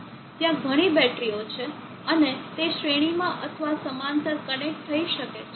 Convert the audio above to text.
ત્યાં ઘણી બેટરીઓ છે અને તે શ્રેણીમાં અથવા સમાંતર કનેક્ટ થઈ શકે છે